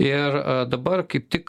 ir dabar kaip tik